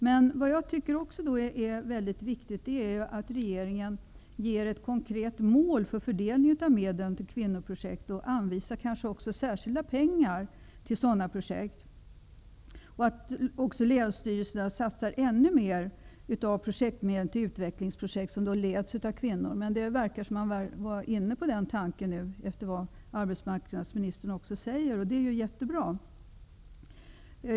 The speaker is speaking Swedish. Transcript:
Såvitt jag förstår, är det emellertid väldigt viktigt att regeringen ställer upp konkreta mål för fördelningen av medlen till kvinnoprojekt och anvisar särskilda pengar för dessa projekt samt att länsstyrelserna satsar ännu mer av projektmedlen till utvecklingsprojekt som leds av kvinnor. Med ledning av det som arbetsmarknadsministern sade här, verkar det som om man redan nu är inne på den tankegången. Det är mycket bra.